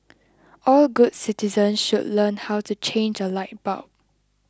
all good citizens should learn how to change a light bulb